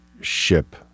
ship